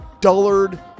dullard